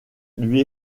lui